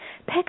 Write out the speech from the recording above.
pick